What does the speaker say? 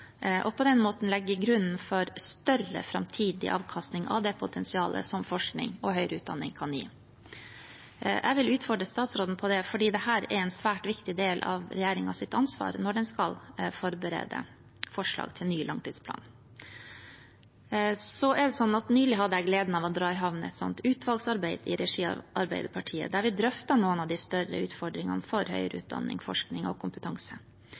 og på den måten legge grunnen for større framtidig avkastning av det potensialet som forskning og høyere utdanning kan gi. Jeg vil utfordre statsråden på det fordi dette er en svært viktig del av regjeringens ansvar når den skal forberede forslag til ny langtidsplan. Nylig hadde jeg gleden av å dra i havn et utvalgsarbeid i regi av Arbeiderpartiet, der vi drøftet noen av de større utfordringene for høyere utdanning, forskning og kompetanse.